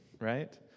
right